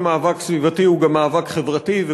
כל מאבק סביבתי הוא גם מאבק חברתי,